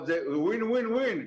זה win-win-win,